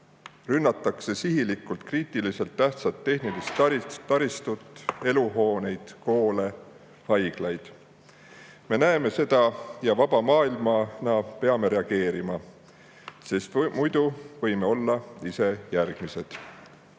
Rünnatakse sihilikult kriitiliselt tähtsat tehnilist taristut, eluhooneid, koole ja haiglaid. Me näeme seda ja vaba maailmana peame reageerima, sest muidu võime olla ise järgmised.